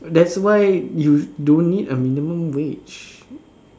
that's why you don't need a minimum wage